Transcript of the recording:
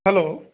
hello